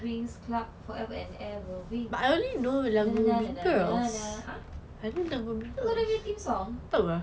winx club forever and ever winx you don't know the theme song